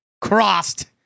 Crossed